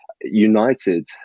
united